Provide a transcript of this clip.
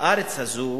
בארץ הזאת